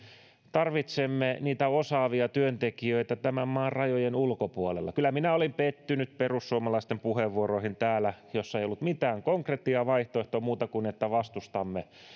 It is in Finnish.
tarvitsemme niitä osaavia työntekijöitä tämän maan rajojen ulkopuolelta kyllä minä olin pettynyt perussuomalaisten puheenvuoroihin täällä joissa ei ollut mitään konkretiaa vaihtoehtoja ei muuta kuin vastustamme